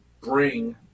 bring